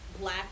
black